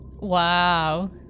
Wow